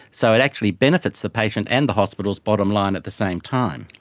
so it actually benefits the patient and the hospital's bottom line at the same time.